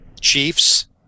Chiefs